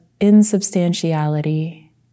insubstantiality